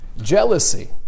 jealousy